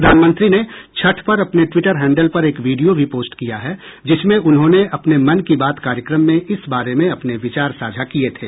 प्रधानमंत्री ने छठ पर अपने ट्विटर हैंडल पर एक वीडियो भी पोस्ट किया है जिसमें उन्होंने अपने मन की बात कार्यक्रम में इस बारे में अपने विचार साझा किए थे